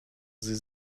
sie